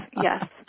yes